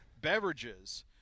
beverages